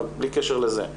אבל בלי קשר לזה,